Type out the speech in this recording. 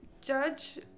Judge